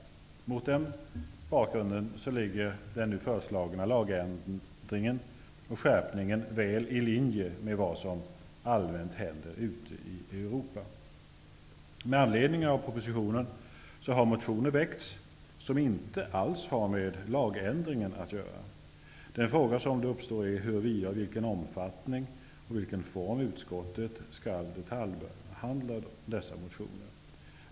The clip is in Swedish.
Mot den bakgrunden ligger den föreslagna lagskärpningen väl i linje med vad som allmänt händer ute i Europa. Med anledning av propositionen har det väckts motioner som inte alls har med den föreslagna lagändringen att göra. Den fråga som då uppstår är huruvida och i vilken omfattning och form utskottet skall detaljbehandla dessa motioner.